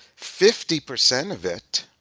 fifty percent of it